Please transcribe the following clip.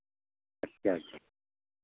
अच्छा अच्छा